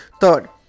third